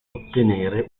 ottenere